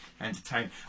entertain